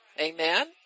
Amen